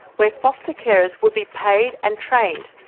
where foster carers would be paid and trained,